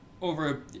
over